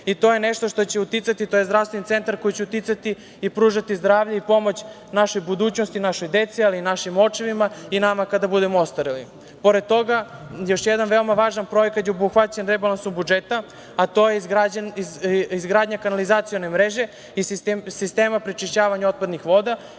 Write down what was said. To je nešto što će uticati, tj. zdravstveni centar koji će uticati i pružati zdravlje i pomoć našoj budućnosti, našoj deci, ali i našim očevima i nama kada budemo ostarili. Pored toga, još jedan veoma važan projekat je obuhvaćen rebalansom budžeta, a to je izgradnja kanalizacione mreže i sistema prečišćavanja otpadnih voda.